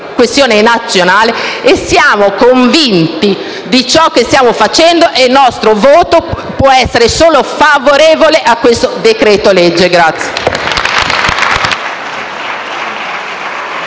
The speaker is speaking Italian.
questione nazionale. Siamo convinti di ciò che stiamo facendo e il nostro voto può essere solo favorevole alla conversione di